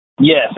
Yes